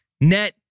net